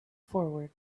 forward